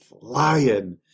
flying